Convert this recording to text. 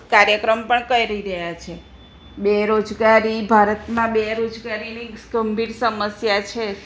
કાર્યક્રમ પણ કરી રહ્યા છે બેરોજગારી ભારતમાં બેરોજગારીની ગંભીર સમસ્યા છે